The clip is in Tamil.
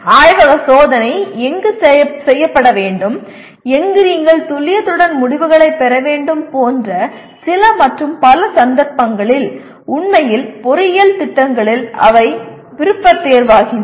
ஆய்வக சோதனை எங்கு செய்யப்பட வேண்டும் எங்கு நீங்கள் துல்லியத்துடன் முடிவுகளைப் பெற வேண்டும் போன்ற சில மற்றும் பல சந்தர்ப்பங்களில் உண்மையில் பொறியியல் திட்டங்களில் அவை விருப்பத்தேர்வாகின்றன